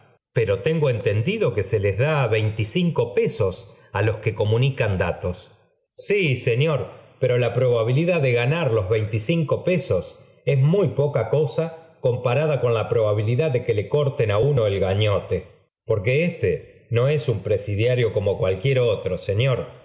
pero tengo entendido que se les da veinticinco pesos á los qué comuiíoan datos sí señor pero la probabilidad de ganar küi veinticinco pesos es muy podt cosa comparada con la probabilidad de que le corten á uno el gañote porque éste nc es un presidiario como cualquier otro señor